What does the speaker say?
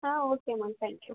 ah okay ma'am thank you